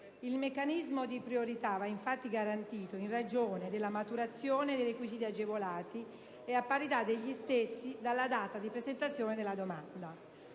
Il meccanismo di priorità va infatti garantito in ragione della maturazione dei requisiti agevolati e a parità degli stessi dalla data di presentazione della domanda.